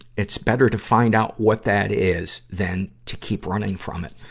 it's better to find out what that is than to keep running from it.